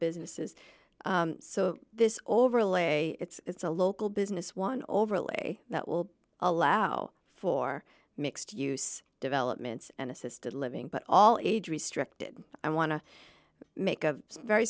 businesses so this overlay it's a local business one overlay that will allow for mixed use developments and assisted living but all age restricted i want to make a very